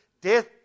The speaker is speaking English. death